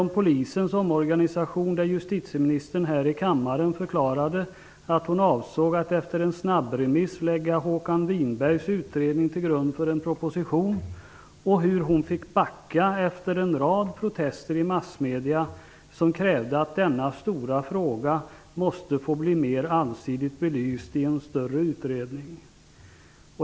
I fråga om denna förklarade justitieministern här i kammaren att hon avsåg att efter en snabbremiss lägga Håkan Winbergs utredning till grund för en proposition. Jag nämnde hur hon fick backa efter en rad protester i massmedia som krävde att denna stora fråga måste få bli mer allsidigt belyst i en större utredning.